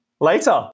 later